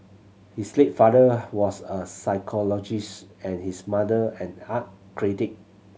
his late father was a psychologist and his mother an art critic